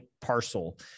parcel